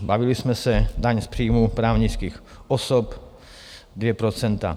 Bavili jsme se daň z příjmu právnických osob 2 %.